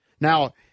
Now